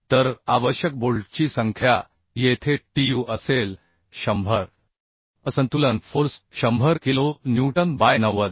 तर आवश्यक बोल्टची संख्या येथे Tu असेल 100 असंतुलन फोर्स 100 किलो न्यूटन बाय 90